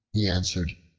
he answered,